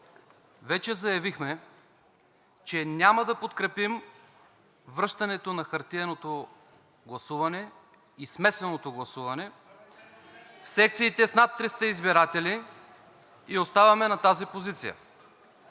вече заявихме, че няма да подкрепим връщането на хартиеното и смесеното гласуване в секциите с над 300 избиратели и оставаме на тази позиция.